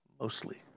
Mostly